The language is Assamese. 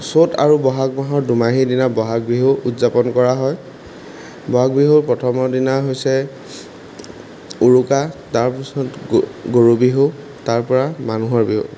চ'ত আৰু বহাগ মাহৰ দুমাহী দিনা বহাগ বিহু উদযাপন কৰা হয় বহাগ বিহুৰ প্ৰথমৰ দিনা হৈছে উৰুকা তাৰপিছত গ গৰু বিহু তাৰপৰা মানুহৰ বিহু